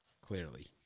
Clearly